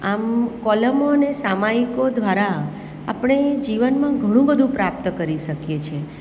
આમ કોલમો અને સામાયિકો દ્વારા આપણે જીવનમાં ઘણું બધુ પ્રાપ્ત કરી શકીએ છીએ